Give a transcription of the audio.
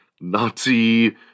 Nazi